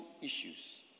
issues